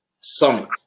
Summit